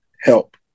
help